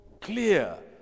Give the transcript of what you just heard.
clear